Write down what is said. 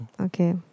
Okay